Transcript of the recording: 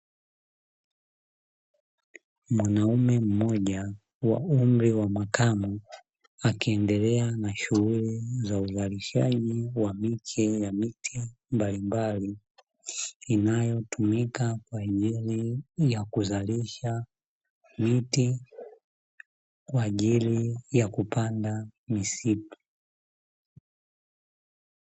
Mwanaume mmoja wa umri wa makamu akiendelea na shughuli za uzalishaji wa miche ya miti mbalimbali, inayotumika kwa ajili ya kuzalisha miti kwa ajili ya kupanda misitu.